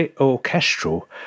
orchestral